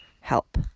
help